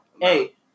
Hey